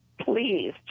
please